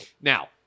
Now